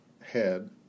head